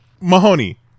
Mahoney